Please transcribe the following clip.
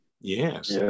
Yes